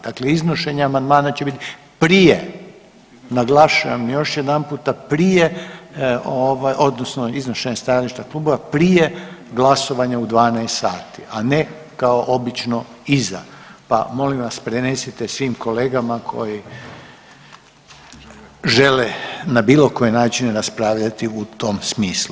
Dakle iznošenje amandmana će biti prije, naglašavam još jedanput prije, odnosno iznošenje stajališta klubova prije glasovanja u 12 sati, a ne kao obično iza, pa molim vas prenesite svim kolegama koji žele na bilo koji način raspravljati u tom smislu.